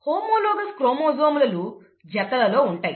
homologous chromosome లు జతలలో ఉంటాయి